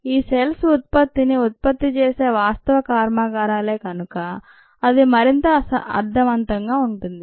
ఈ సెల్స్ ఉత్పత్తిని ఉత్పత్తి చేసే వాస్తవ కర్మాగారాలే కనుక అది మరింత అర్థవంతంగా ఉంటుంది